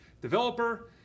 developer